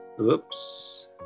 oops